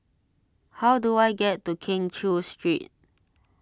how do I get to Keng Cheow Street